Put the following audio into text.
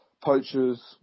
poachers